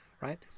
right